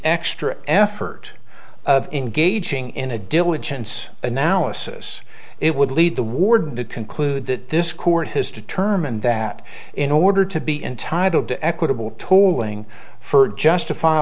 extra effort of engaging in a diligence analysis it would lead the warden to conclude that this court has determined that in order to be entitled to equitable tolling for justif